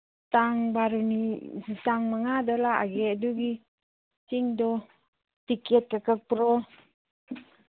ꯇꯥꯡ ꯕꯥꯔꯨꯅꯤ ꯇꯥꯡ ꯃꯉꯥꯗ ꯂꯥꯛꯑꯒꯦ ꯑꯗꯨꯒꯤ ꯆꯤꯡꯗꯣ ꯇꯤꯀꯦꯠꯀ ꯀꯛꯄ꯭ꯔꯣ